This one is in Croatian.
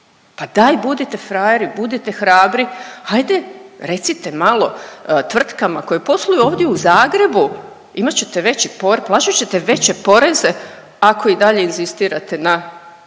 Pa daj budite frajeri, budite hrabri, hajde recite malo tvrtkama koje posluju ovdje u Zagrebu imat ćete veći plaćat ćete veće poreze ako i dalje inzistirate na